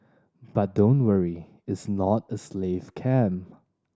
but don't worry its not a slave camp